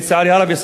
לצערי הרב,